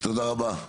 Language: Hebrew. תודה רבה.